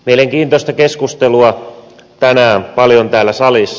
mielenkiintoista keskustelua tänään paljon täällä salissa